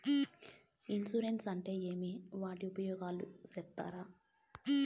Insurance అంటే ఏమి? వాటి ఉపయోగాలు సెప్తారా?